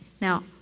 Now